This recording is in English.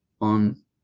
on